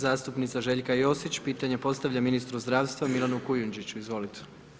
Zastupnica Željka Josić pitanje postavlja ministru zdravstva Milanu Kujundžiću, izvolite.